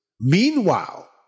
Meanwhile